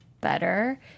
better